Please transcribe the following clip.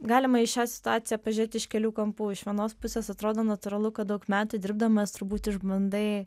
galima į šią situaciją pažiūrėt iš kelių kampų iš vienos pusės atrodo natūralu kad daug metų dirbdamas turbūt išbandai